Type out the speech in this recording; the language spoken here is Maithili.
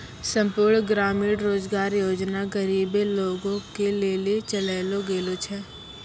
संपूर्ण ग्रामीण रोजगार योजना गरीबे लोगो के लेली चलैलो गेलो छै